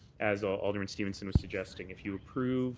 as alderman stevenson was suggesting, if you approve